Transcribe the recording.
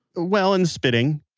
well, and spitting